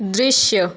दृश्य